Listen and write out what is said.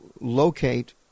locate